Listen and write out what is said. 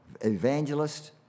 evangelist